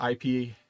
IP